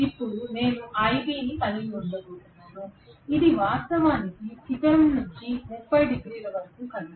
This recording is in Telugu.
ఇప్పుడు నేను iB ని కలిగి ఉండబోతున్నాను ఇది వాస్తవానికి శిఖరం నుండి 30 డిగ్రీల వరకు కదిలింది